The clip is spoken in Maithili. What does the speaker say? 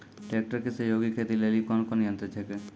ट्रेकटर के सहयोगी खेती लेली कोन कोन यंत्र छेकै?